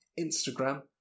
Instagram